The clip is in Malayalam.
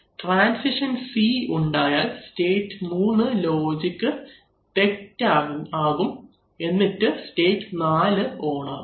ട്രാൻസിഷൻ C ഉണ്ടായാൽ സ്റ്റേറ്റ് 3 ലോജിക് തെറ്റ് ആകും എന്നിട്ട് സ്റ്റേറ്റ് 4 ഓൺ ആകും